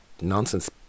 nonsense